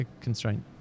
constraint